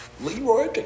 Leroy